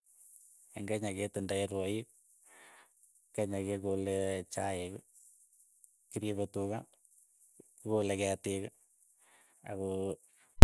Eng' kenya ketindoi rwaik, kenya kekole chaik. kiripe tuka, kikole ketiik ako.